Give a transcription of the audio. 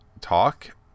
talk